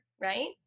right